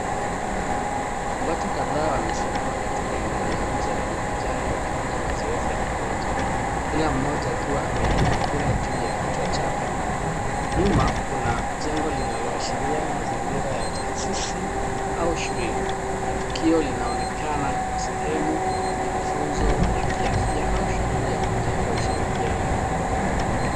Watu kadhaa wamesimama katika eneo la nje lenye majani wakifanya mazoezi ya pamoja. Kila mmoja akiwa ameinua mpira juu ya kichwa chake. Nyuma kuna jengo linaloashiria mazingira ya taasisi au shule na tukio linaonekana kwa sehemu ya mafunzo ya kiafya au shughuli ya kujenga ushirikiano.